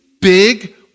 big